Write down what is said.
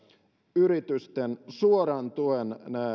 yritysten suoran tuen